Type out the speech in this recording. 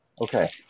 Okay